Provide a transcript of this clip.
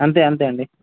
అంతే అంతే అండి